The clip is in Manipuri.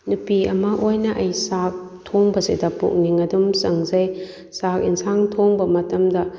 ꯅꯨꯄꯤ ꯑꯃ ꯑꯣꯏꯅ ꯑꯩ ꯆꯥꯛ ꯊꯣꯡꯕꯁꯤꯗ ꯄꯨꯛꯅꯤꯡ ꯑꯗꯨꯝ ꯆꯪꯖꯩ ꯆꯥꯛ ꯌꯦꯟꯁꯥꯡ ꯊꯣꯡꯕ ꯃꯇꯝꯗ